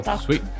sweet